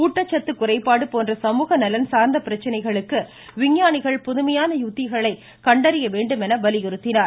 ஊட்டச்சத்து குறைபாடு போன்ற சமூக நலம் சார்ந்த பிரச்னைகளுக்கு விஞ்ஞானிகள் புதுமையான உத்திகளை கண்டறிய வேண்டும் என்று வலியுறுத்தினார்